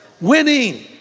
winning